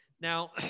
Now